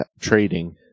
trading